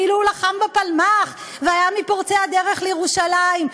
כאילו הוא לחם בפלמ"ח והיה מפורצי הדרך לירושלים.